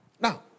Now